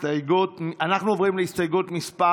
אנחנו עוברים להסתייגות מס'